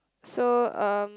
so um